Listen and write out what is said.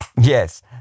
Yes